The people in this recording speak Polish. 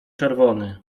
czerwony